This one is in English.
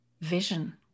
vision